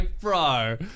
bro